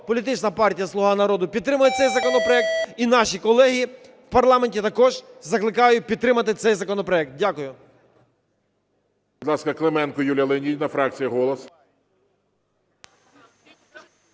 політична партія "Слуга народу" підтримає цей законопроект і наші колеги в парламенті… також закликаю підтримати цей законопроект. Дякую.